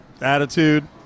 attitude